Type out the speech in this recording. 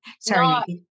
Sorry